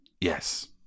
Yes